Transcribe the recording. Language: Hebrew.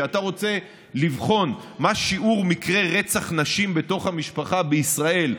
כשאתה רוצה לבחון מה שיעור מקרי רצח נשים בתוך המשפחה בישראל,